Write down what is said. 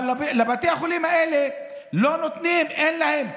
אבל לבתי החולים האלה לא נותנים, אין להם.